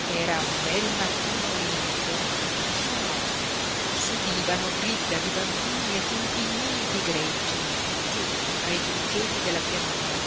era un bel mattino limpido sonoro s'udivano grida di bambini e tintinnii di greggi giú fra i giuncheti della pianura